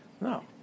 no